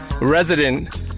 resident